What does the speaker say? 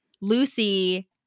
Lucy